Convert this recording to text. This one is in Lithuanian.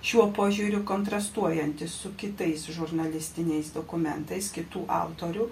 šiuo požiūriu kontrastuojantis su kitais žurnalistiniais dokumentais kitų autorių